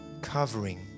covering